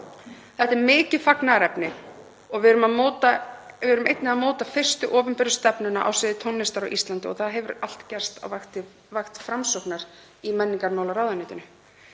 Þetta er mikið fagnaðarefni. Við erum einnig að móta fyrstu opinberu stefnuna á sviði tónlistar á Íslandi og það hefur allt gerst á vakt Framsóknar í menningarmálaráðuneytinu.